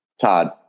Todd